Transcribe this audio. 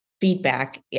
feedback